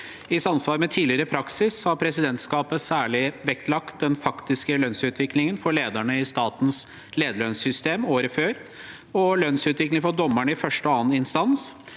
I samsvar med tidligere praksis har presidentskapet særlig vektlagt den faktiske lønnsutviklingen for lederne i statens lederlønnssystem året før og lønnsutviklingen for dommerne i første og annen instans.